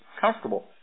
comfortable